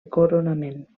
coronament